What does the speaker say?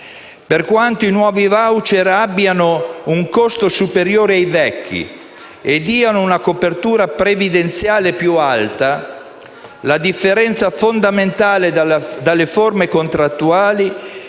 Per quanto i nuovi *voucher* abbiano un costo superiore ai vecchi e diano una copertura previdenziale più alta, la differenza fondamentale dalle forme contrattuali